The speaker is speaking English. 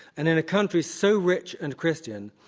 and in a country so rich and christian,